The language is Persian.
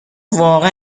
واقعا